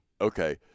Okay